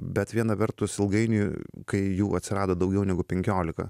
bet viena vertus ilgainiui kai jų atsirado daugiau negu penkiolika